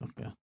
Okay